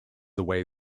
away